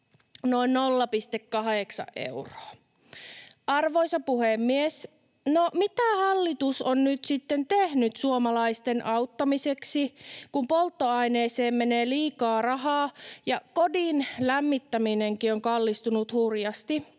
noin 0,8 euroa. Arvoisa puhemies! No, mitä hallitus on nyt sitten tehnyt suomalaisten auttamiseksi, kun polttoaineeseen menee liikaa rahaa ja kodin lämmittäminenkin on kallistunut hurjasti?